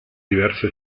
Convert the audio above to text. diverse